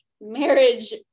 marriage